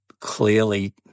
clearly